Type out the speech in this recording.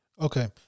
Okay